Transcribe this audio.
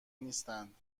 نیستند